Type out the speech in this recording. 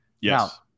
Yes